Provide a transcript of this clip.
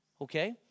Okay